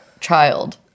child